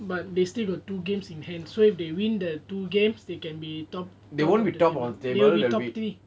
but they still got two games in hand so if they win the two games they can be top top of the table they will be top three